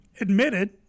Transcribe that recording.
admitted